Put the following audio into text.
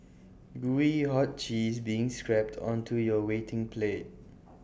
Gooey hot cheese being scrapped onto your waiting plate